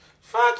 Fuck